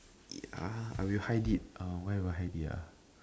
ya I will hide it uh where will I hide it ah